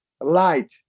light